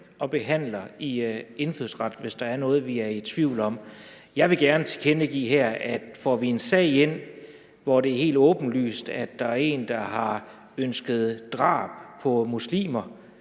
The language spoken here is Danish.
i Indfødsretsudvalget, hvis der er noget, vi er i tvivl om. Jeg vil gerne tilkendegive her, at får vi en sag ind, hvor det er helt åbenlyst, at der er en, der har ønsket drab af muslimer,